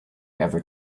ever